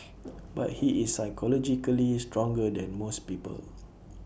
but he is psychologically stronger than most people